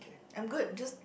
I'm good just